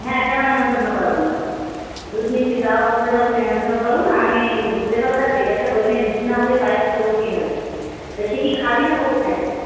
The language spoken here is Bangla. হ্যাঁ কেনো নেমন্তন্ন করবো না দুধ নিচ্ছি তাও বলতে পাচ্ছি তাও নেমন্তন্ন করবো না আমি দুধের কথাটা জিজ্ঞাসা করে নিই দুধ না হলে পায়েস করবো কীভাবে এসে কি খাবি না বসে থাকবি